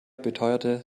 beteuerte